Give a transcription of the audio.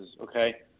Okay